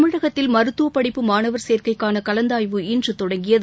தமிழகத்தில் மருத்துவ படிப்பு மாணவர் சேர்க்கைக்கான கலந்தாய்வு இன்று தொடங்கியது